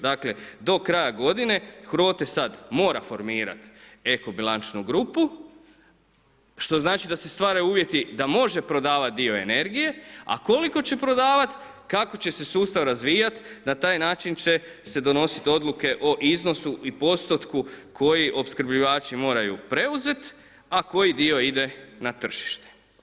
Dakle, do kraja godine HROTE sada mora formirati eko-bilančnu grupu što znači da se stvaraju uvjeti da može prodavati dio energije, a koliko će prodavati, kako će se sustav razvijati na taj način će se donositi odluke o iznosu i postotku koji opskrbljivači moraju preuzeti, a koji dio ide na tržište.